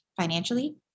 financially